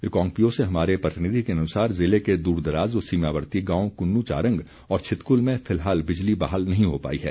रिकांगपिओ से हमारे प्रतिनिधि के अनुसार जिले के दूरदराज़ व सीमावर्ती गांव कुन्नू चारंग और छितकुल में फिलहाल बिजली बहाल नहीं हो पाई है